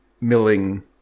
milling